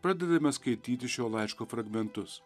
pradedame skaityti šio laiško fragmentus